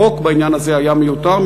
החוק בעניין הזה היה מיותר,